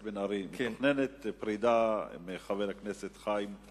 מתוכננת פרידה מחבר הכנסת חיים רמון,